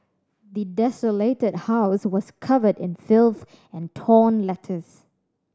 the desolated house was covered in filth and torn letters